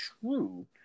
true